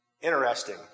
interesting